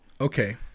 okay